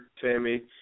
Tammy